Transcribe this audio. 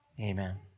Amen